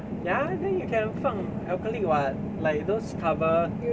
ya then you can 放 acrylic [what] like those cover